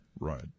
Right